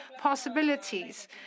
possibilities